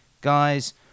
Guys